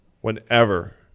whenever